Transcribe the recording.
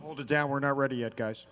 hold it down we're not ready it guys